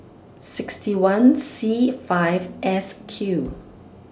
sixty one C five S Q